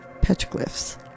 petroglyphs